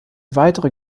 weitere